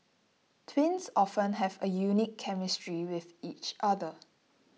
twins often have a unique chemistry with each other